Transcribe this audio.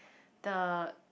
the